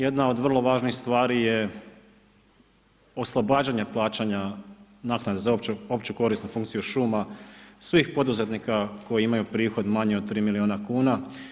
Jedna od vrlo važnih stvari je oslobađanje plaćanja naknade za opću korisnu funkciju šuma svih poduzetnika koji imaju prihod manji od tri milijuna kuna.